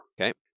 Okay